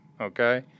okay